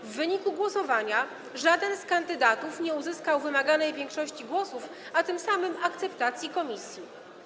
W wyniku głosowania żaden z kandydatów nie uzyskał wymaganej większości głosów, a tym samym akceptacji komisji.